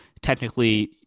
technically